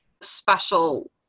special